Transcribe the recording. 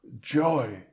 joy